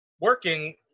working